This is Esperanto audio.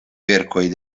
verkoj